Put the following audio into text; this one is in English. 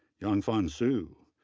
yangfan su,